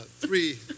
three